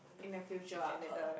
in the future ah uh